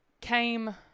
came